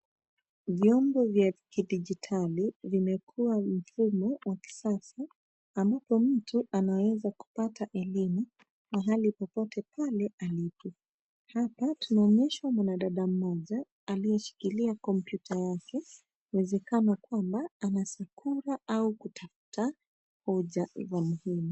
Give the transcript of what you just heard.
Vyombo vya kidijitali vimekuwa mfumo wa kisasa ambapo mtu anaweza kupata elimu mahali popote pale alipo. Hapa tunaonyeshwa mwanadada mmoja aliyeshikilia kompyuta yake inawezekana kwamba anasokora au kutafuta hoja la muhimu.